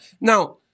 Now